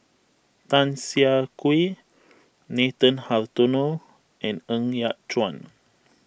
Tan Siah Kwee Nathan Hartono and Ng Yat Chuan